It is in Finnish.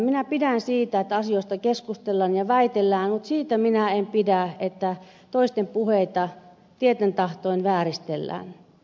minä pidän siitä että asioista keskustellaan ja väitellään mutta siitä minä en pidä että toisten puheita tieten tahtoen vääristellään